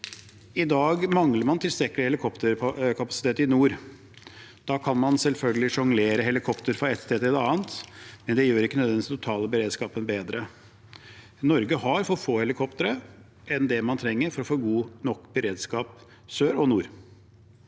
I dag mangler man tilstrekkelig helikopterkapasitet i nord. Da kan man selvfølgelig sjonglere helikoptre fra et sted til et annet, men det gjør ikke nødvendigvis den totale beredskapen bedre. Norge har for få helikoptre i forhold til det man trenger for å få god nok beredskap, både i sør og i nord.